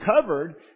covered